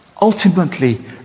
ultimately